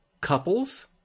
couples